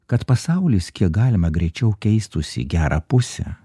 kad pasaulis kiek galima greičiau keistųsi į gerą pusę